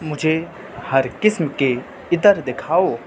مجھے ہر قسم کے عطر دکھاؤ